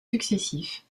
successifs